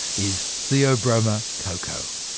is theobroma cacao.